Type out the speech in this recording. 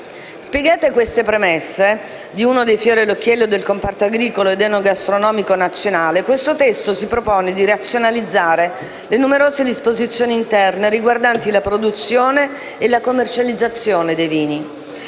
Spiegate le premesse di uno dei fiori all'occhiello del comparto agricolo ed enogastronomico nazionale, questo provvedimento si propone di razionalizzare le numerose disposizioni interne riguardanti la produzione e la commercializzazione dei vini.